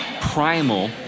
primal